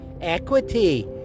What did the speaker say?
equity